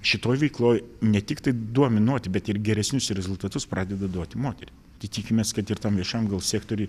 šitoj veikloj ne tiktai dominuoti bet ir geresnius rezultatus pradeda duoti motery tai tikimės kad ir tam viešajam gal sektoriuj